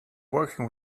working